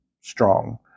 strong